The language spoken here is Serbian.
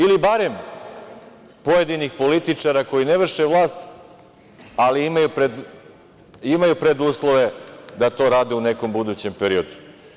Ili barem pojedinih političara koji ne vrše vlast, ali imaju preduslove da to rade u nekom budućem periodu.